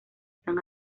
están